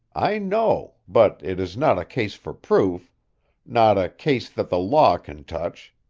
i know, but it is not a case for proof not a case that the law can touch.